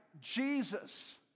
Jesus